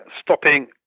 stopping